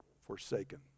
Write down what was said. forsaken